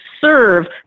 serve